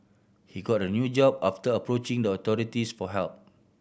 he got a new job after approaching the authorities for help